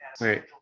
Wait